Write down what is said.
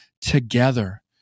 Together